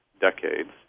decades